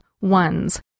ones